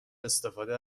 استفاده